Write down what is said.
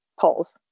polls